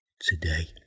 today